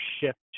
shift